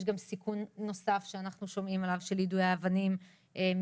יש גם סיכון נוסף שאנחנו שומעים עליו של יידוי אבנים מפעם